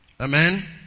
Amen